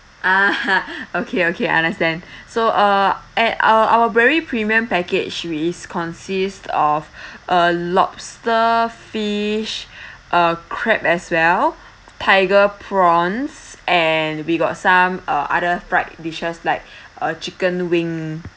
ah okay okay I understand so uh at our our very premium package which consist of a lobster fish uh crab as well tiger prawns and we got some uh other fried dishes like uh chicken wing